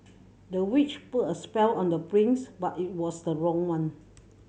the witch put a spell on the prince but it was the wrong one